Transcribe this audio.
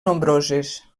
nombroses